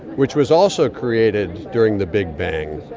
which was also created during the big bang,